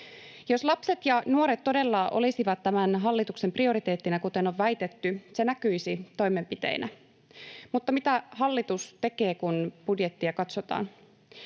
Jos lapset ja nuoret todella olisivat tämän hallituksen prioriteettina, kuten on väitetty, se näkyisi toimenpiteinä. Mutta mitä hallitus tekee, kun budjettia katsotaan?